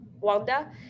Wanda